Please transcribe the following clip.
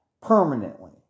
permanently